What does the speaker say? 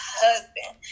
husband